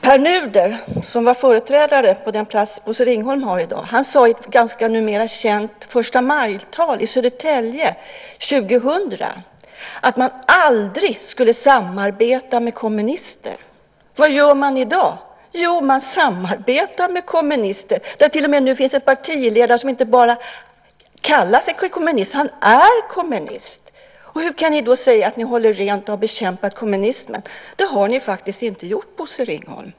Pär Nuder var företrädare på den plats Bosse Ringholm har i dag. Han sade i ett numera känt förstamajtal i Södertälje 2000 att man aldrig skulle samarbeta med kommunister. Vad gör man i dag? Jo, man samarbetar med kommunister. Det finns till och med nu en partiledare som inte bara kallar sig kommunist; han är kommunist! Hur kan ni då säga att ni håller rent och har bekämpat kommunismen? Det har ni faktiskt inte gjort, Bosse Ringholm.